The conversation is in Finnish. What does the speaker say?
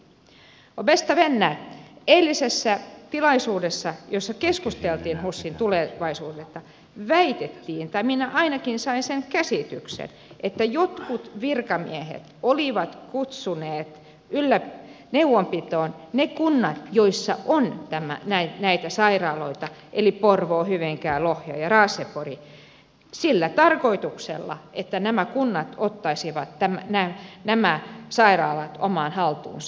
och bästa vänner eilisessä tilaisuudessa jossa keskusteltiin husin tulevaisuudesta väitettiin tai minä ainakin sain sen käsityksen että jotkut virkamiehet olivat kutsuneet neuvonpitoon ne kunnat joissa on näitä sairaaloita eli porvoon hyvinkään lohjan ja raaseporin sillä tarkoituksella että nämä kunnat ottaisivat nämä sairaalat omaan haltuunsa